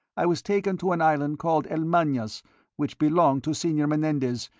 i was taken to an island called el manas which belonged to senor menendez,